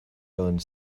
owned